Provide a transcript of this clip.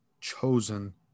chosen